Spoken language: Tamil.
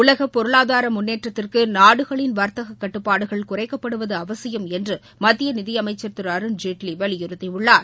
உலக பொருளாதார முன்னேற்றத்துக்கு நாடுகளின் வாத்தக கட்டுப்பாடுகள் குறைக்கப்படுவது அவசியம் என்று மத்திய நிதியமைச்சர் திரு அருண்ஜேட்லி வலியுறுத்தி உள்ளார்